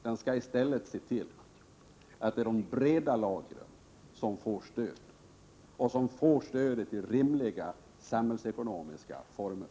Den skall i stället se till att det är de breda lagren som får stöd, och att de får stödet i rimliga samhällsekonomiska former.